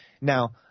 Now –